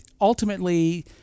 ultimately